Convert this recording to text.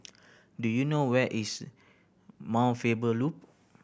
do you know where is Mount Faber Loop